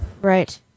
Right